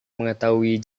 mengetahui